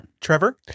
Trevor